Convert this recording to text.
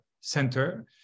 center